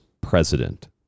President